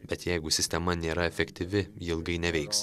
bet jeigu sistema nėra efektyvi ji ilgai neveiks